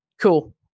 Cool